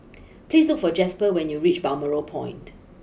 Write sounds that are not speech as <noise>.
<noise> please look for Jasper when you reach Balmoral Point